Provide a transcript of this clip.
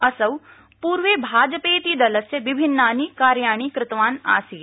असौ पूर्वे भाजपेति दलस्य विभिन्नानि कार्याणि कृतवान् आसीत्